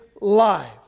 life